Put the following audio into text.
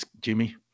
Jimmy